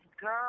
girl